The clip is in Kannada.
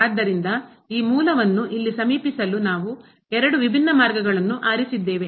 ಆದ್ದರಿಂದ ಈ ಮೂಲವನ್ನು ಇಲ್ಲಿ ಸಮೀಪಿಸಲು ನಾವು ಎರಡು ವಿಭಿನ್ನ ಮಾರ್ಗಗಳನ್ನು ಆರಿಸಿದ್ದೇವೆ